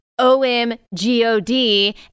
O-M-G-O-D